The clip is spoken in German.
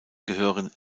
gehören